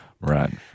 Right